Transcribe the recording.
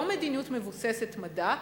לא מדיניות מבוססת מדע,